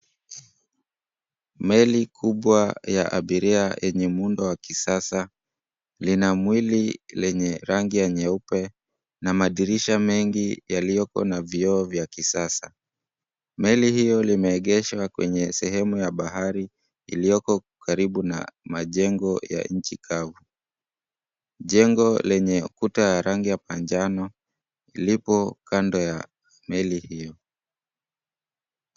Meli kubwa ya abiria yenye muundo wa kisasa lina mwili lenye rangi ya nyeupe na madirisha mengi yaliyoko na vioo vya kisasa. Meli hiyo limeegeshwa kwenye sehemu ya bahari iliyoko karibu na majengo ya nchi kavu. Jengo lenye kuta ya rangi ya manjano ilipo kando ya meli hiyo.